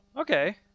Okay